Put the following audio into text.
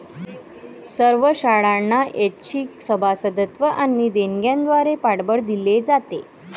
सर्व शाळांना ऐच्छिक सभासदत्व आणि देणग्यांद्वारे पाठबळ दिले जाते